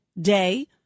day